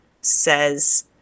says